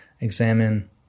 examine